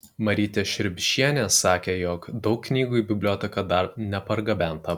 marytė šriubšienė sakė jog daug knygų į biblioteką dar nepargabenta